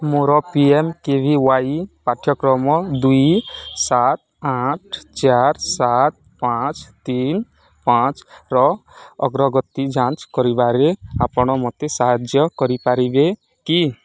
ମୋର P M K V Y ପାଠ୍ୟକ୍ରମ ଦୁଇ ସାତ ଆଠ ଚାରି ସାତ ପାଞ୍ଚ ତିନି ପାଞ୍ଚର ଅଗ୍ରଗତି ଯାଞ୍ଚ କରିବାରେ ଆପଣ ମୋତେ ସାହାଯ୍ୟ କରିପାରିବେ କି